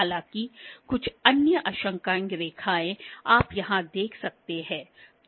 हालाँकि कुछ अन्य अंशांकन रेखाएँ आप यहाँ देख सकते हैं